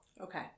Okay